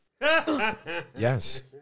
Yes